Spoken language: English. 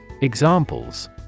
Examples